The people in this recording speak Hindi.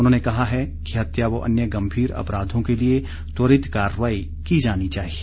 उन्होंने कहा है कि हत्या व अन्य गम्भीर अपराधों के लिए त्वरित कार्रवाई की जानी चाहिए